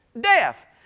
deaf